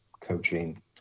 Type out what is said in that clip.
coaching